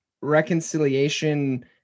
reconciliation